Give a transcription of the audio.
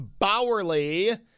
Bowerly